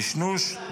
נשנוש,